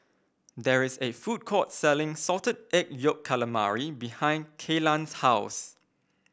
there is a food court selling Salted Egg Yolk Calamari behind Kaylan's house